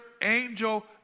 angel